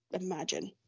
imagine